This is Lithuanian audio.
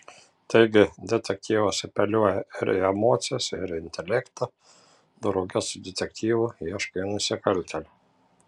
taigi detektyvas apeliuoja ir į emocijas ir į intelektą drauge su detektyvu ieškai nusikaltėlio